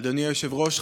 אדוני היושב-ראש,